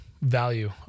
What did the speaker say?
Value